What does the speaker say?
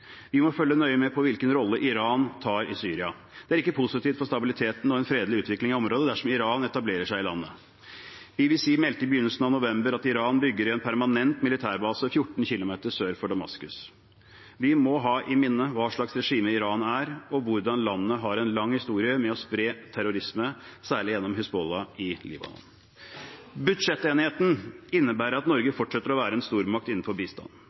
Vi må følge nøye med på hvilken rolle Iran tar i Syria. Det er ikke positivt for stabiliteten og en fredelig utvikling av området dersom Iran etablerer seg i landet. BBC meldte i begynnelsen av november at Iran bygger en permanent militærbase 14 km sør for Damaskus. Vi må ha i minne hva slags regime Iran er, og hvordan landet har en lang historie med å spre terrorisme, særlig gjennom Hizbollah i Libanon. Budsjettenigheten innebærer at Norge fortsetter å være en stormakt innenfor